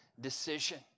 decision